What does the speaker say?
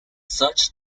such